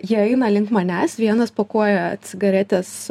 jie eina link manęs vienas pakuoja cigaretės